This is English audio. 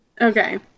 Okay